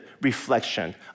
reflection